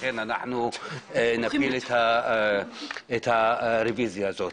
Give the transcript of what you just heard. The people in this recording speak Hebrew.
לכן אנחנו נפיל את הרוויזיה הזאת.